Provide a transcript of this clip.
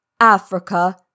Africa